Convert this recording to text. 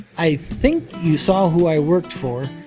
i think you saw who i worked for.